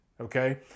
okay